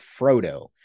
frodo